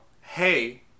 hey